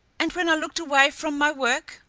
and when i looked away from my work,